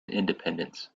independence